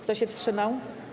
Kto się wstrzymał?